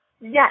yes